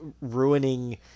ruining